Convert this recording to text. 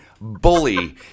bully